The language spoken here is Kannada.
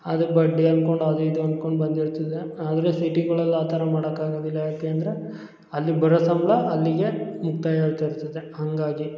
ಅದ್ರ ಬಡ್ಡಿ ಅನ್ಕೊಂಡು ಅದು ಇದು ಅನ್ಕೊಂಡು ಬಂದಿರ್ತದೆ ಆದರೆ ಸಿಟಿಗಳಲ್ಲಿ ಆ ಥರ ಮಾಡೋಕ್ಕಾಗದಿಲ್ಲ ಯಾಕೆಂದರೆ ಅಲ್ಲಿ ಬರೋ ಸಂಬಳ ಅಲ್ಲಿಗೆ ಮುಕ್ತಾಯ ಆಗ್ತಾಯಿರ್ತದೆ ಹಾಗಾಗಿ